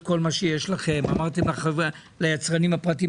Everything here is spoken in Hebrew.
כל מה שיש לכם; אמרתם ליצרנים הפרטיים?